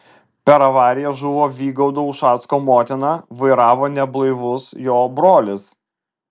per avariją žuvo vygaudo ušacko motina vairavo neblaivus jo brolis